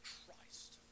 Christ